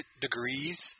degrees